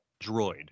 Droid